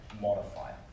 modifier